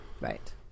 Right